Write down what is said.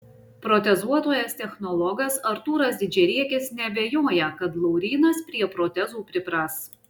protezuotojas technologas artūras didžiariekis neabejoja kad laurynas prie protezų pripras